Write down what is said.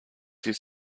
used